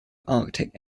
arctic